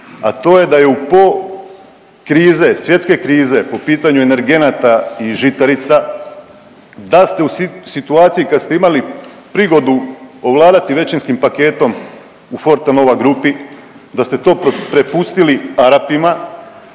a to je da u po krize, svjetske krize po pitanju energenata i žitarica da ste u situaciji kad ste imali prigodu ovladati većinskim paketom u Fortanova grupi da ste to prepustili Arapima,